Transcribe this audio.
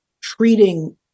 treating